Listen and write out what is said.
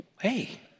hey